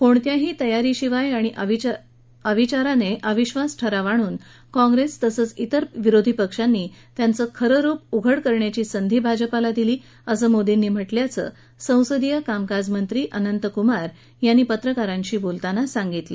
कोणत्याही तयारीशिवाय आणि अविचाराने अविक्षास ठराव आणून काँग्रेस तसंच इतर विरोधी पक्षांनी त्यांचं खरं रुप उघड करण्याची संधी भाजपाला दिली असं मोर्दींनी म्हटल्याचं संसदीय कामकाज मंत्री अनंतकुमार यांनी पत्रकारांशी बोलताना सांगितलं